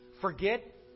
Forget